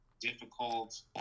difficult